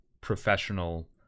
professional